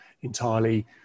entirely